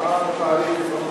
בבית-המשפט,